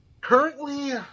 currently